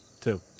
Two